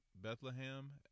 Bethlehem